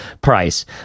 price